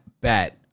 bet